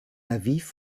aviv